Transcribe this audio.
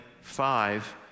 five